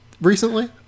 recently